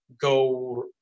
go